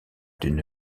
d’une